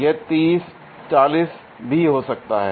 यह 30 40 भी हो सकता है